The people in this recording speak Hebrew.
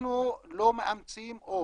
ואנחנו לא מאמצים או